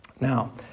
Now